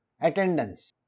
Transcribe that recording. attendance